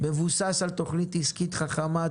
מבוסס על תוכנית עסקית חכמה,